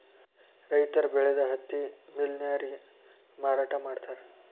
ರೈತರ ಬೆಳದ ಹತ್ತಿ ಮಿಲ್ ನ್ಯಾರಗೆ ಮಾರಾಟಾ ಮಾಡ್ತಾರ